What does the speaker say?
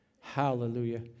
Hallelujah